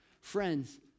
Friends